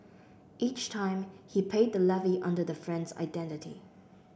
each time he paid the levy under the friend's identity